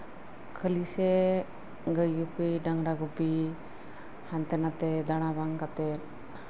ᱠᱷᱟᱹᱞᱤᱥᱮ ᱜᱟᱹᱭᱼᱰᱟᱝᱨᱟ ᱜᱩᱯᱤ ᱦᱟᱱᱛᱮ ᱱᱟᱛᱮ ᱫᱟᱲᱟ ᱵᱟᱝ ᱠᱟᱛᱮᱫ